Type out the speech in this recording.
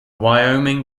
wyoming